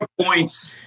points